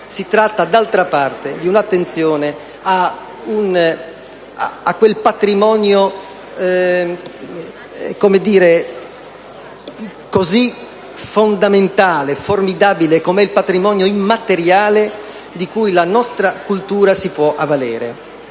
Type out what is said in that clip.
Si tratta d'altra parte di rivolgere attenzione a quel patrimonio così fondamentale e formidabile qual è il patrimonio immateriale di cui la nostra cultura si può avvalere.